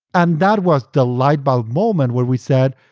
and that was the light bulb moment when we said,